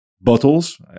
bottles